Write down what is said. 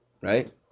right